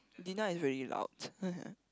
Dina is really loud